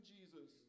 Jesus